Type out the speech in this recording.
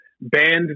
banned